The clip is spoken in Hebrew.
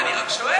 לא, אני רק שואל.